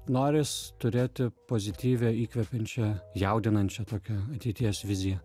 noris turėti pozityvią įkvepiančią jaudinančią tokią ateities viziją